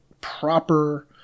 proper